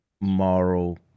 moral